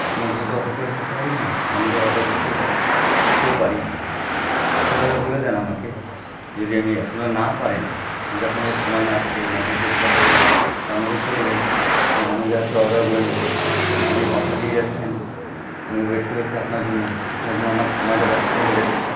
আপনার জন্য তো অপেক্ষা করে থাকতে পারি না অন্য জায়গায় অর্ডার করতেও করতেও পারি সেভাবে বলে দিন আমাকে যদি আমি আপনারা না পারেন যদি আপনাদের সময় না থাকে মেনটেন্স করতে পারছেন না তো আমাকে ছেড়ে দিন আমি অন্য জায়গা থেকে অর্ডার করে নেব আমাকে কথা দিয়ে যাচ্ছেন আমি ওয়েট করে আছি আপনার জন্য আপনার জন্য আমার সময়টা ব্যর্থতা হয়ে যাচ্ছে